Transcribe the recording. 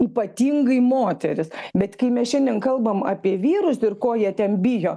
ypatingai moterį bet kai mes šiandien kalbam apie vyrus ir ko jie ten bijo